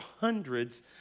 hundreds